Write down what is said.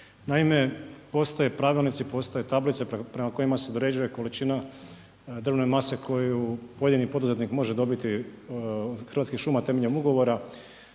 naime, postoje pravilnici, postoje tablice prema kojima se određuje količina drvne mase koju pojedini poduzetnik može dobiti od Hrvatskih šuma temeljem ugovora